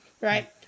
right